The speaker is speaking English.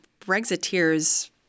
Brexiteers